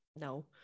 no